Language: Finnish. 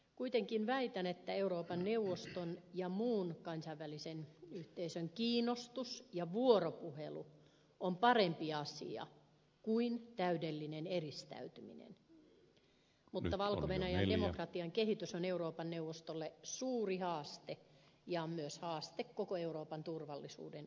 kuitenkin väitän että euroopan neuvoston ja muun kansainvälisen yhteisön kiinnostus ja vuoropuhelu ovat parempi asia kuin täydellinen eristäytyminen mutta valko venäjän demokratian kehitys on euroopan neuvostolle suuri haaste ja myös haaste koko euroopan turvallisuuden osalta